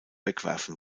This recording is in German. wegwerfen